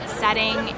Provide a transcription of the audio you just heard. setting